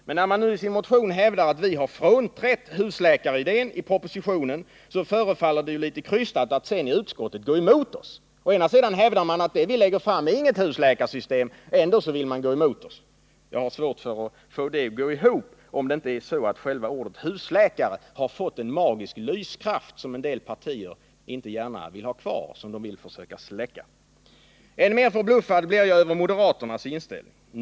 Men när de nu i sin motion hävdar att vi har frånträtt husläkaridén i propositionen förefaller det litet krystat att de går emot oss i utskottet. Åena sidan hävdar de att det förslag vi lägger fram inte innebär något husläkarsystem, å andra sidan går de emot det husläkarsystemet. Jag har svårt att få det resonemanget att gå ihop, om det inte är så att själva ordet husläkare har fått en magisk lyskraft som en del partier inte gärna vill att det skall ha kvar utan vill försöka släcka. Än mer förbluffad blir jag över moderaternas inställning.